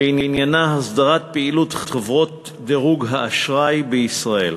ועניינה הסדרת פעילות חברות דירוג האשראי בישראל.